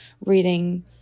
reading